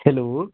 hello